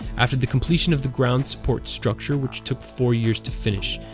after the completion of the ground support structure which took four years to finish,